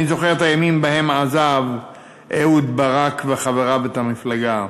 אני זוכר את הימים שבהם עזבו אהוד ברק וחבריו את המפלגה,